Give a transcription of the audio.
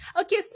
Okay